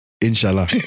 Inshallah